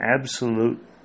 absolute